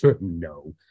No